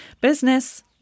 Business